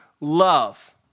love